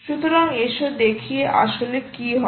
সুতরাং আসো দেখি আসলে কি হয়